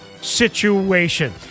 situation